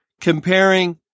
comparing